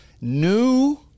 new